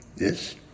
yes